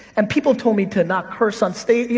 and people told me to not curse on stage, you